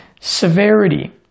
severity